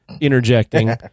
interjecting